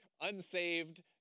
unsaved